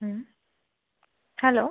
hello